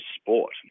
sport